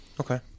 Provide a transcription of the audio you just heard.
Okay